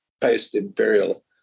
post-imperial